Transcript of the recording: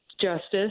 justice